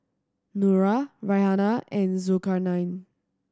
Nura Raihana and Zulkarnain